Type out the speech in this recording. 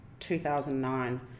2009